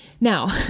Now